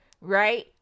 right